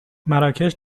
مراکش